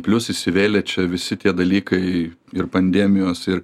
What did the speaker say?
plius įsivėlė čia visi tie dalykai ir pandemijos ir